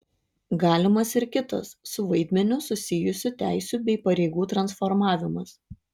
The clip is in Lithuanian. galimas ir kitas su vaidmeniu susijusių teisių bei pareigų transformavimas